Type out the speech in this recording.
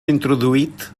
introduït